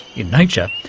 in nature,